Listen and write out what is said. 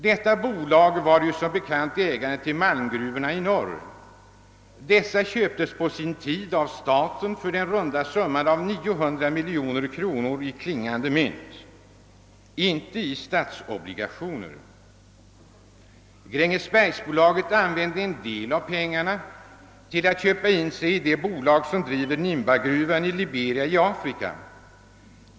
Detta bolag var som bekant ägare till malmgruvorna i norr. Dessa köptes på sin tid av staten för den runda summan av 900 miljoner kronor i klingande mynt — inte i statsobligationer. Grängesbergsbolaget använde en del av pengarna till att köpa in sig i det bolag som driver Nimbagruvan i Liberia i Afrika.